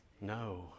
no